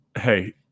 hey